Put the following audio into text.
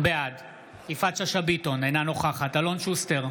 בעד יפעת שאשא ביטון, אינה נוכחת אלון שוסטר,